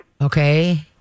Okay